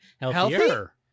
healthier